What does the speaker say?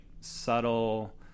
subtle